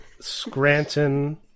Scranton